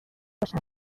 باشن